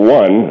one